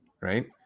Right